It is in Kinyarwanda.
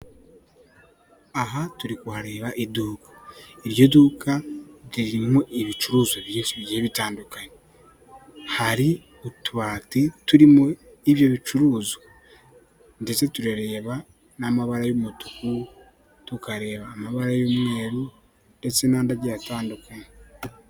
Aha turi kuhareba iduka, iryo duka ririmo ibicuruzwa byinshi bigiye bitandukanye, hari utubati turimo ibyo bicuruzwa, ndetse turareba n'amabara y'umutuku, tukareba amabara y'umweru, ndetse n'andi agiye atandukanye.